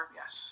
yes